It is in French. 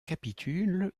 capitules